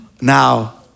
now